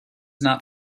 not